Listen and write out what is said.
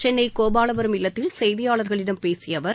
சென்னை கோபாலபுரம் இல்லத்தில் செய்தியாளர்களிடம் பேசிய அவர்